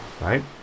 Right